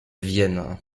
vienne